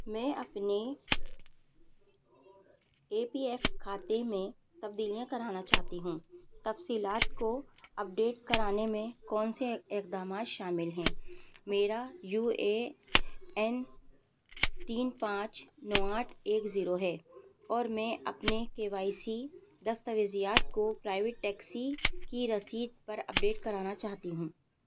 میں اپنے A P F کھاتے میں تبدیلیاں کرانا چاہتی ہوں تفصیلات کو اپ ڈیٹ کرانے میں کون سے اقدامات شامل ہیں میرا یو اے این تین پانچ نو آٹھ ایک زیرو ہے اور میں اپنے کے وائی سی دستاویزات کو پرائیویٹ ٹیکسی کی رسید پر اپ ڈیٹ کرانا چاہتی ہوں